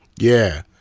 yeah.